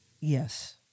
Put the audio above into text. Yes